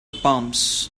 palms